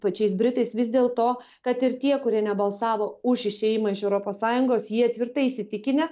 pačiais britais vis dėlto kad ir tie kurie nebalsavo už išėjimą iš europos sąjungos jie tvirtai įsitikinę